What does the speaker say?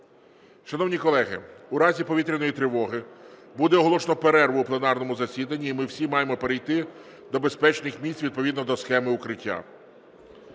Шановні колеги, у разі повітряної тривоги буде оголошено перерву в пленарному засіданні і ми всі маємо перейти до безпечних місць відповідно до схеми укриття.